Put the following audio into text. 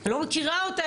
אני לא מכירה אותה,